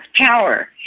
power